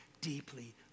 deeply